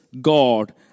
God